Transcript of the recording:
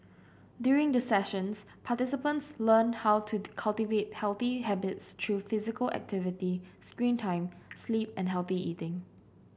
during the sessions participants learn how to cultivate healthy habits through physical activity screen time sleep and healthy eating